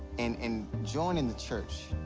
and in joining the church,